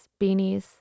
beanies